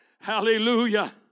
Hallelujah